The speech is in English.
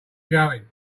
going